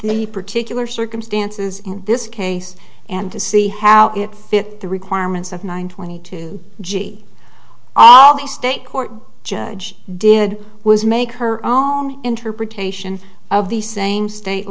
the particular circumstances in this case and to see how it fit the requirements of nine twenty two g all the state court judge did was make her own interpretation of the same state